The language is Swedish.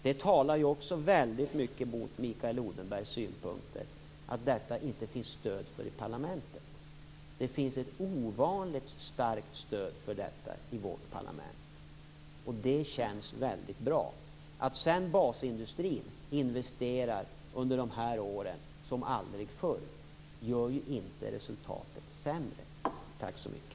Det talar också väldigt mycket mot Mikael Odenbergs synpunkt att det inte finns något stöd för detta i parlamentet. Det finns ett ovanligt starkt stöd för detta i vårt parlament, och det känns väldigt bra. Att sedan basindustrin under de här åren har investerat som aldrig förr gör ju inte resultatet sämre. Tack så mycket!